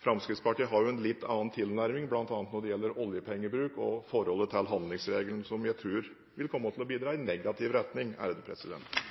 forholdet til handlingsregelen, som jeg tror vil komme til å bidra i negativ retning. Du bør lese SSB-rapporter.